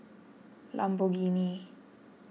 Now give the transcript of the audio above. Lamborghini